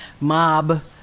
mob